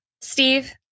Steve